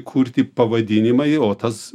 kurti pavadinimai o tas